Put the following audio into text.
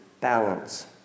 balance